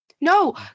No